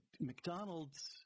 McDonald's